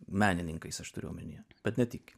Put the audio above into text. menininkais aš turiu omenyje bet ne tik